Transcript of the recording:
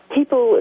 People